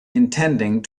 intending